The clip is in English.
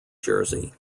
jersey